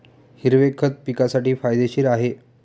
हिरवे खत पिकासाठी फायदेशीर आहे